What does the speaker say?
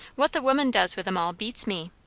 what the women does with em all, beats me.